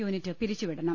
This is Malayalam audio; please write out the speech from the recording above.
യൂണിറ്റ് പിരിച്ചുവിടണം